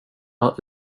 har